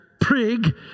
prig